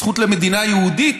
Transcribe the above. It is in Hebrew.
זכות למדינה יהודית,